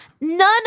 None